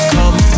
Come